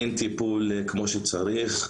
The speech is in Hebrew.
אין טיפול כמו שצריך,